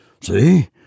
See